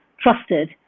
trusted